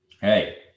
Hey